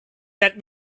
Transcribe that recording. that